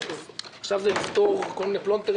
עכשיו צריך לפתור כל מיני פלונטרים